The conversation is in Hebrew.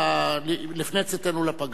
הופתעתי לטובה.